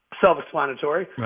self-explanatory